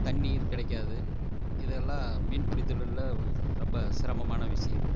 தண்ணீர் கிடைக்காது இதெல்லாம் மீன்பிடித் தொழிலில் ரொம்ப சிரமமான விஷயங்கள்